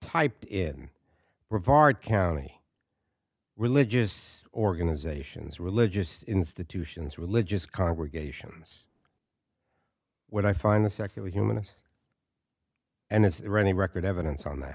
typed in regard county religious organizations religious institutions religious congregations when i find the secular humanist and it's any record evidence on